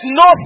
no